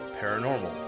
paranormal